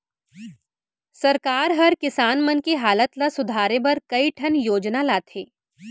सरकार हर किसान मन के हालत ल सुधारे बर कई ठन योजना लाथे